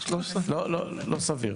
לא סביר.